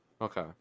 Okay